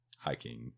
hiking